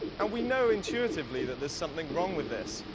and we know intuitively that there's something wrong with this.